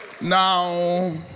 now